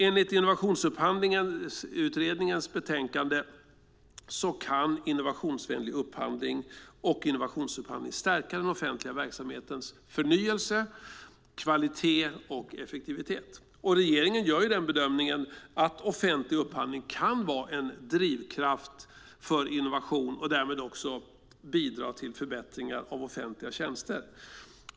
Enligt Innovationsupphandlingsutredningens betänkande kan innovationsvänlig upphandling och innovationsupphandling stärka den offentliga verksamhetens förnyelse, kvalitet och effektivitet. Regeringen gör bedömningen att offentlig upphandling kan vara en drivkraft för innovation och därmed också bidra till förbättringar av offentliga tjänster.